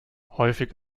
häufig